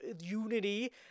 unity